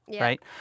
right